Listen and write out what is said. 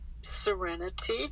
Serenity